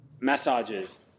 massages